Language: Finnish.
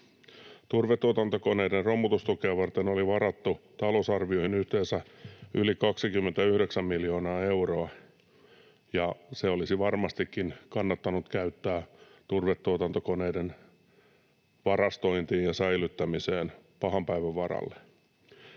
Turvetuotantokoneiden romutustukea varten oli varattu talousarvioon yhteensä yli 29 miljoonaa euroa, ja se olisi varmastikin kannattanut käyttää turvetuotantokoneiden varastointiin ja säilyttämiseen pahan päivän varalle.